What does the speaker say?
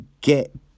get